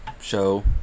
show